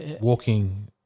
walking